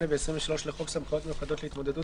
8 ו- 23 לחוק סמכויות מיוחדות להתמודדות